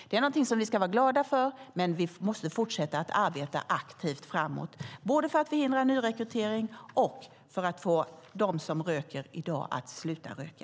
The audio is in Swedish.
Det är någonting som vi ska vara glada för, men vi måste fortsätta att arbeta aktivt framåt, både för att förhindra nyrekrytering och för att få dem som röker i dag att sluta röka.